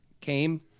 came